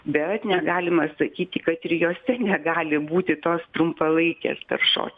bet negalima sakyti kad ir jose negali būti tos trumpalaikės taršos